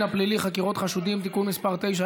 הפלילי (חקירת חשודים) (תיקון מס' 9),